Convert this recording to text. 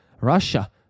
Russia